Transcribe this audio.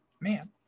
man